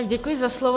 Děkuji za slovo.